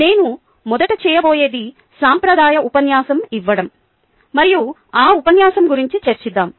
నేను మొదట చేయబోయేది సాంప్రదాయ ఉపన్యాసం ఇవ్వడం మరియు ఆ ఉపన్యాసం గురించి చర్చిద్దాం